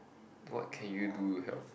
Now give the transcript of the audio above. what can you do to help